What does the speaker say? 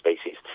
species